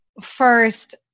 first